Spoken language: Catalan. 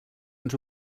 ens